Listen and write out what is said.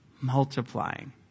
Multiplying